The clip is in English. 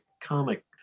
comic